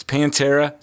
Pantera